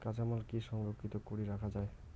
কাঁচামাল কি সংরক্ষিত করি রাখা যায়?